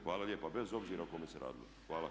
Hvala lijepa, bez obzira o kome se radilo.